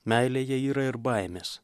meilėje yra ir baimės